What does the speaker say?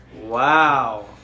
wow